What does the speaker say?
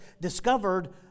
discovered